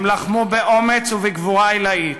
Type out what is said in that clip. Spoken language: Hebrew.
הם לחמו באומץ ובגבורה עילאית,